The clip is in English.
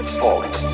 falling